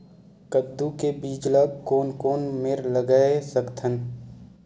कददू के बीज ला कोन कोन मेर लगय सकथन?